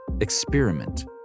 experiment